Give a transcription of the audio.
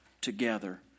together